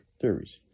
theories